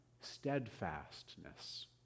steadfastness